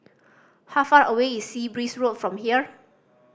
how far away is Sea Breeze Road from here